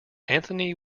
anthony